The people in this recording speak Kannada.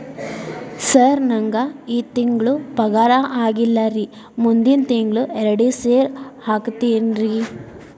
ಸರ್ ನಂಗ ಈ ತಿಂಗಳು ಪಗಾರ ಆಗಿಲ್ಲಾರಿ ಮುಂದಿನ ತಿಂಗಳು ಎರಡು ಸೇರಿ ಹಾಕತೇನ್ರಿ